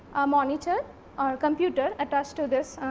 monitor um computer attached to this